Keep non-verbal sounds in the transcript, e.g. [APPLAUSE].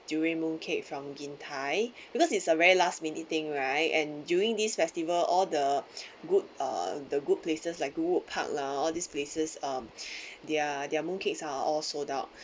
um this durian mooncake from gin thye because it's a very last minute thing right and during this festival all the [BREATH] good uh the good places like Goodwood ark lah all these places um [BREATH] their their mooncakes are all sold out